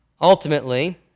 Ultimately